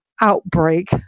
outbreak